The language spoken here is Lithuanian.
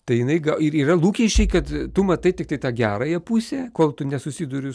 tai jinai gal ir yra lūkesčiai kad tu matai tiktai tą gerąją pusę kol tu nesusiduri